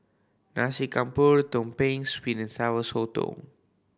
Nasi Campur Tumpeng Sweet and Sour Sotong